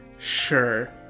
Sure